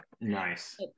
Nice